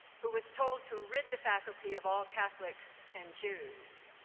who was told to rid the faculty of all catholics and jews.